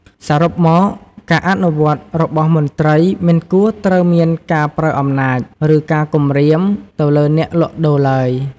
សរុបមក ការអនុវត្តរបស់មន្ត្រី មិនគួរត្រូវមានការប្រើអំណាច ឬ ការគំរាម ទៅលើអ្នកលក់ដូរឡើយ។